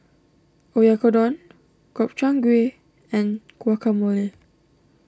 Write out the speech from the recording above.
Oyakodon Gobchang Gui and Guacamole